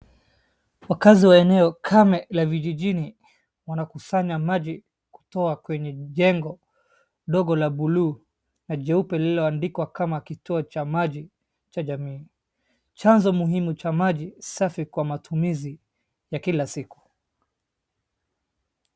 Wakaazi wa eneo kame la vijijini wanakusanya maji kutoka kwenye njengo ndogo la blue , na jeupe lilioandikwa kama kituo cha maji cha jamii, chanzo muhimu cha maji safi kwa matumizi ya kila siku.